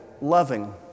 loving